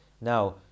Now